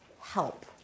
help